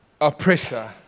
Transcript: oppressor